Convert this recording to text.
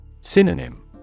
Synonym